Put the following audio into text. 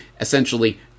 essentially